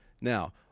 Now